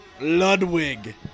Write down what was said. Ludwig